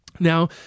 Now